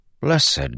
Blessed